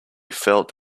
felt